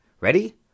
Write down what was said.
Ready